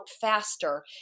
faster